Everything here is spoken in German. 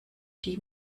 die